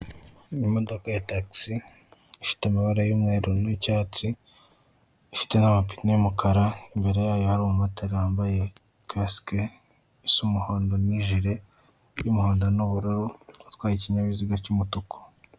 Ni imodoka ya takisi, ifite amabara y'umweru n'icyatsi, ifite n'amapine y'umukara, imbere yayo hari umumotari wambaye kasike isa umuhondo, n'ijire y'umuhondo n'ubururu, utwaye ikinyabiziga cy'umutuku.